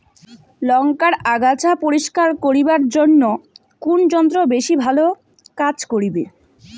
লংকার আগাছা পরিস্কার করিবার জইন্যে কুন যন্ত্র বেশি ভালো কাজ করিবে?